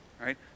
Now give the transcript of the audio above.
right